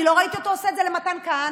אני לא ראיתי אותו עושה את זה למתן כהנא,